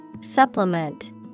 Supplement